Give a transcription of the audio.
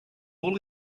all